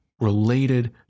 related